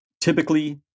typically